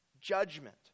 judgment